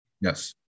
yes